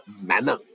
manner